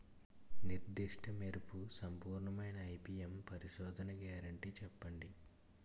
నిర్దిష్ట మెరుపు సంపూర్ణమైన ఐ.పీ.ఎం పరిశోధన గ్యారంటీ చెప్పండి?